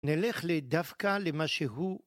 נלך לדווקא למה שהוא